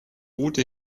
route